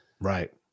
Right